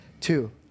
two